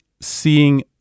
seeing